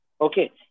Okay